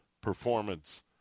performance